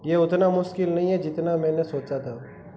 यह उतना मुश्किल नहीं है जितना मैंने सोचा था